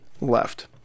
left